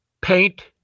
paint